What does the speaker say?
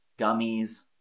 gummies